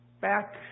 back